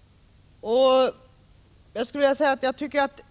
mörka sidorna av arbetsmarknaden.